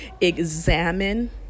examine